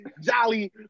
jolly